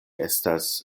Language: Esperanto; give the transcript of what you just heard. estas